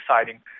exciting